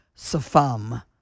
Safam